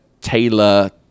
taylor